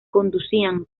conducían